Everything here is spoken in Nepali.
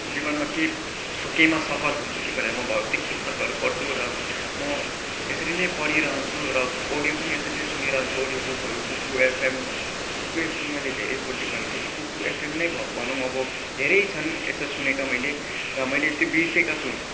जीवनमा केही केहीमा सफल हुन्छु कि भने म भौतिक पुस्तकहरू पढ्छु र म यसरी नै पढिरहन्छु र अडियो पनि यसरी नै सुनिरहन्छु अडियो बुकहरू कुकु एफएम कुकु एफएम मैले धेरैपल्ट भनिसकेँ कुकु एफएम नै भनौँ अब धेरै छन् यस्तो सुनेका मैले र मैले ती बिर्सेका छु